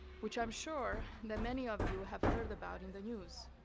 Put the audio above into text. which i'm sure that many of you have heard about in the news.